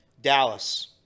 Dallas